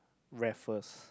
Raffles